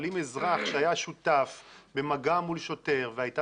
אבל אם אזרח שהיה שותף במגע מול שוטר והייתה